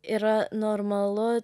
yra normalu